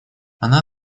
она